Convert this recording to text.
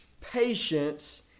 patience